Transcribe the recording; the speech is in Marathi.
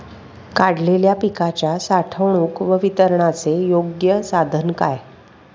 काढलेल्या पिकाच्या साठवणूक व वितरणाचे योग्य साधन काय?